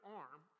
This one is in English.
arm